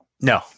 No